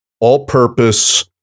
all-purpose